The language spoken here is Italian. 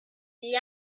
gli